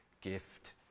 gift